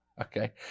okay